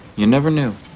you never knew.